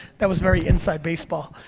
that was very inside baseball.